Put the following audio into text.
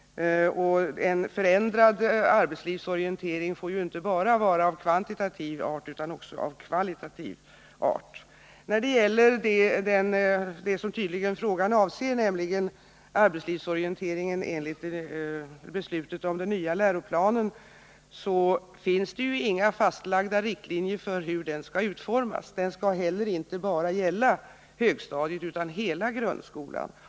En förändrad arbetslivsorientering får ju inte bara vara av kvantitativ art utan måste också vara av kvalitativ art. När det gäller det som frågan tydligen avser, nämligen arbetslivsorienteringen enligt beslutet om den nya läroplanen, vill jag säga att det inte finns några fastlagda riktlinjer för hur den skall utformas. Den skall inte heller bara gälla högstadiet utan hela grundskolan.